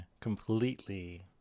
completely